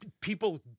people